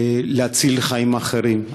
להציל חיים אחרים.